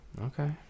okay